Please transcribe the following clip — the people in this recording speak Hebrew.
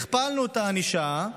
הכפלנו את הענישה,